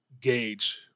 gauge